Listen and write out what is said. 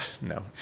no